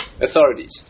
authorities